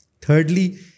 Thirdly